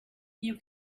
you